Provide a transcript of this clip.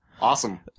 Awesome